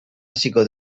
hasiko